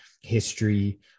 history